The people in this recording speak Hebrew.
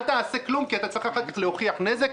אל תעשה כלום כי אתה צריך אחר כך להוכיח נזק?